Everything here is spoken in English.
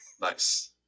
nice